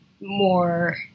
more